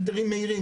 היתרים מהירים,